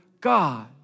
God